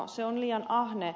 se on liian ahne